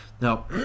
Now